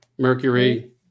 Mercury